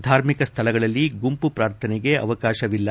ಧಾರ್ಮಿಕ ಸ್ವಳಗಳಲ್ಲಿ ಗುಂಪು ಪ್ರಾರ್ಥನೆಗೆ ಅವಕಾಶವಿಲ್ಲ